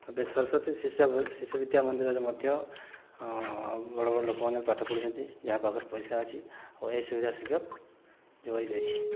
ଏବେ ସ୍ଵରସ୍ଵତୀ ଶିଶୁ ବିଦ୍ୟା ମନ୍ଦିରରେ ମଧ୍ୟ ବଡ଼ ବଡ଼ ଲୋକମାନେ ପାଠ ପଢ଼ୁଛନ୍ତି ଯାହା ପାଖରେ ପଇସା ଅଛି ଆଉ ଏ ସୁବିଧା ସୁଯୋଗ ଯୋଗାଇ ଦେଉଛି